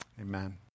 Amen